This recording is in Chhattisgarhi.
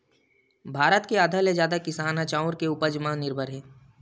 भारत के आधा ले जादा किसान ह चाँउर के उपज म निरभर हे